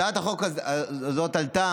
הצעת החוק הזאת עלתה